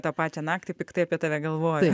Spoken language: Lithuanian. tą pačią naktį piktai apie tave galvojo